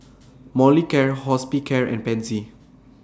Molicare Hospicare and Pansy